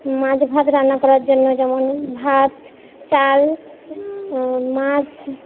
much ভাত রান্না করার জন্য যেমন ভাত চাল মাছ